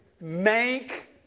make